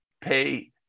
pay